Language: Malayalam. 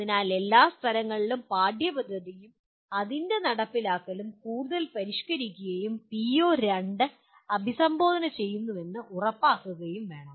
അതിനാൽ എല്ലാ സ്ഥലങ്ങളിലും പാഠ്യപദ്ധതിയും അതിന്റെ നടപ്പാക്കലും കൂടുതൽ പരിഷ്കരിക്കുകയും പിഒ2 അഭിസംബോധന ചെയ്യുന്നുവെന്ന് ഉറപ്പാക്കുകയും വേണം